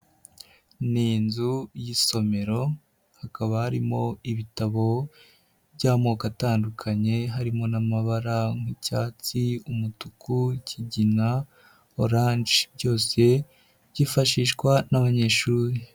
N'inzu y'isomero hakaba harimo ibitabo by'amoko atandukanye ,harimo n'amabara nk'icyatsi, umutuku, ikigina ,orange byose byifashishwa n'abanyeshuri.